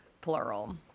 plural